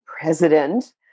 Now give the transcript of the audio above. president